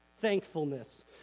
thankfulness